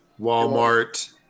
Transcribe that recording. Walmart